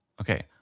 Okay